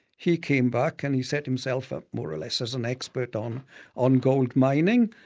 he came back and he set himself up more or less as an expert on on gold mining.